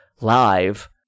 live